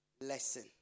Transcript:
lesson